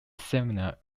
seminar